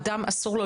אדם אסור לו,